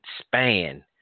span